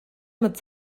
mit